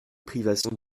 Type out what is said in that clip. privation